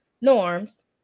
norms